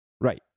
Right